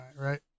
right